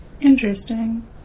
Interesting